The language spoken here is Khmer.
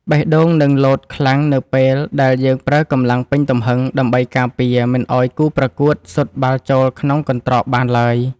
បេះដូងនឹងលោតខ្លាំងនៅពេលដែលយើងប្រើកម្លាំងពេញទំហឹងដើម្បីការពារមិនឱ្យគូប្រកួតស៊ុតបាល់ចូលក្នុងកន្ត្រកបានឡើយ។